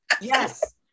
Yes